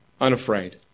unafraid